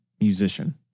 musician